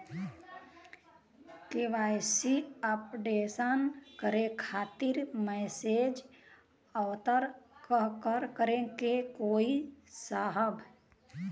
KYC updation करें खातिर message आवत ह का करे के होई साहब?